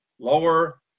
lower